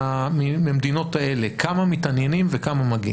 מהמדינות האלה, כמה מתעניינים וכמה מגיעים?